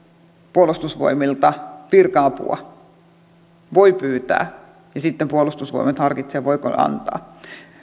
puolustusvoimilta virka apua voi pyytää ja sitten puolustusvoimat harkitsee voiko se antaa